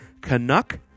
Canuck